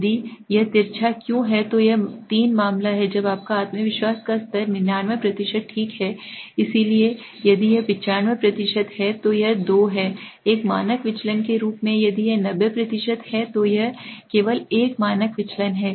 यदि यह तिरछा क्यों है तो यह 3 मामला है जब आपका आत्मविश्वास का स्तर 99 ठीक है इसलिए यदि यह 95 है तो यह 2 है एक मानक विचलन के रूप में यदि यह 90 है तो यह केवल 1 मानक विचलन है